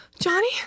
Johnny